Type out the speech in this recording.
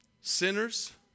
Sinners